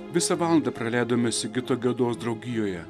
visą valandą praleidome sigito gedos draugijoje